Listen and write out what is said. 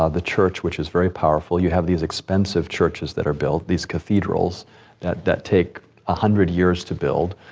ah the church, which is very powerful. you have these expensive churches that are built, these cathedrals that that take a hundred years to build,